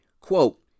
quote